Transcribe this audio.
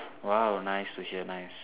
!wow! nice to hear nice